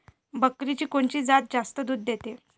बकरीची कोनची जात जास्त दूध देते?